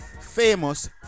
famous